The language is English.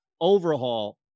overhaul